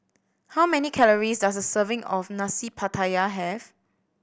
how many calories does a serving of Nasi Pattaya have